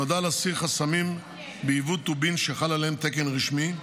נועדה להסיר חסמים ביבוא טובין שחל עליהם תקן רשמי,